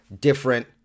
different